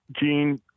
Gene